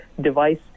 device